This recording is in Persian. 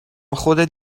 خودت